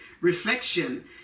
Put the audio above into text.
reflection